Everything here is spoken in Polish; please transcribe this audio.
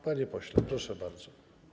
Panie pośle, proszę bardzo.